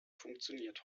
funktioniert